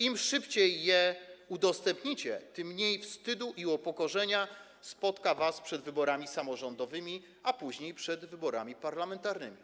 Im szybciej je udostępnicie, tym mniej wstydu i upokorzenia spotka was przed wyborami samorządowymi, a później przed wyborami parlamentarnymi.